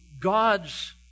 God's